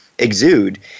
exude